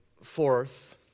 fourth